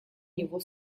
него